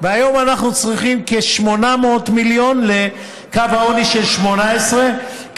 והיום אנחנו צריכים כ-800 מיליון לקו העוני של 2018,